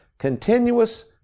continuous